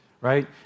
right